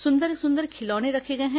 सुंदर सुंदर खिलौने रखे गए हैं